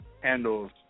handles